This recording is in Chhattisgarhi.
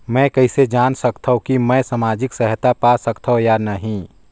मै कइसे जान सकथव कि मैं समाजिक सहायता पा सकथव या नहीं?